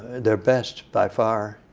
their best, by far.